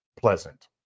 Pleasant